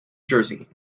jersey